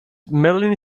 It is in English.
melanie